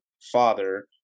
father